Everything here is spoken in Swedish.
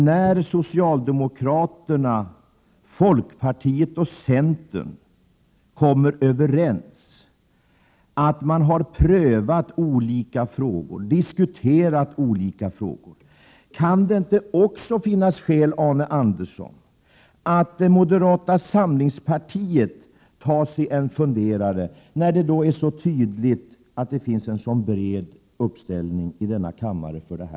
När socialdemokraterna, folkpartiet och centern kommer överens efter att ha prövat och diskuterat olika frågor, kan det då inte också finnas skäl för moderata samlingspartiet att ta sig en funderare? Det är ju så tydligt att det finns en bred uppslutning i denna kammare för förslaget.